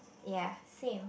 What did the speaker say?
ya same